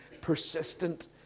persistent